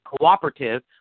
cooperative